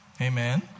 Amen